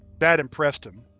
that impressed him.